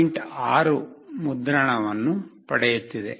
6 ಮುದ್ರಣವನ್ನು ಪಡೆಯುತ್ತಿದೆ